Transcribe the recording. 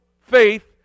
faith